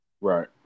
Right